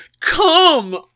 come